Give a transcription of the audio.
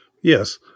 Yes